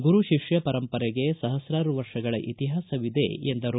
ಗುರು ಶಿಷ್ಠ ಪರಂಪರೆಗೆ ಸಹಸ್ತಾರು ವರ್ಷಗಳ ಇತಿಹಾಸವಿದೆ ಎಂದರು